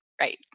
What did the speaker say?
right